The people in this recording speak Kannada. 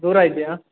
ದೂರ ಇದೆಯಾ